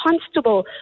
constable